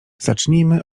zacznijmy